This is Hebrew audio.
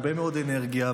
הרבה מאוד אנרגיה,